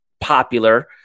popular